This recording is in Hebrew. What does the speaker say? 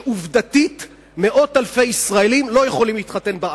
שעובדתית מאות אלפי ישראלים לא יכולים להתחתן בארץ,